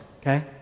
okay